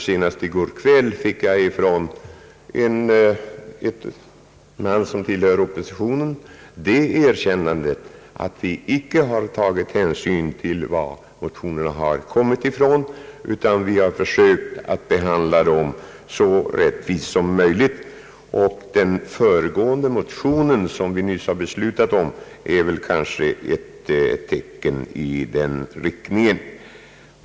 Senast i går kväll fick jag från en riksdagsman som tillhör oppositionen det erkännandet, att vi icke har tagit hänsyn till varifrån motionerna har kommit utan har försökt att behandla dem så rättvist som möjligt. Och beslutet med anledning av den föregående motionen, som vi nyss har behandlat, är väl kanske ett tecken i den riktningen.